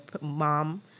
mom